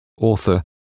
author